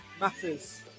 matters